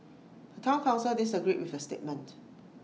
the Town Council disagreed with the statement